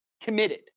committed